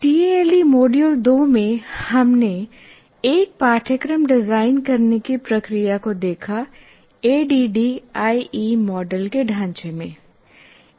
TALE module 2 में हमने एक पाठ्यक्रम डिजाइन करने की प्रक्रिया को देखा एडीडीआई मॉडल के ढांचे में